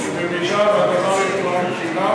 שבמידה שהדבר יתואם עם כולם,